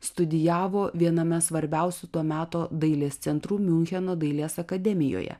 studijavo viename svarbiausių to meto dailės centrų miuncheno dailės akademijoje